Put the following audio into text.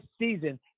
season